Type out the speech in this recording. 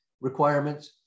requirements